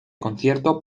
concierto